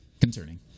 concerning